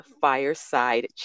fireside